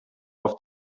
auf